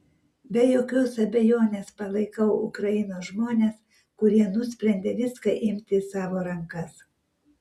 be jokios abejonės palaikau ukrainos žmones kurie nusprendė viską imti į savo rankas